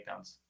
takedowns